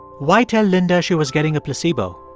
why tell linda she was getting a placebo?